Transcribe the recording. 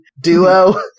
duo